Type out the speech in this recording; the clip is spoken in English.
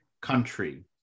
country